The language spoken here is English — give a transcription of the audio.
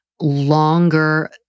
longer